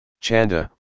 Chanda